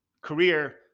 career